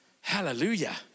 Hallelujah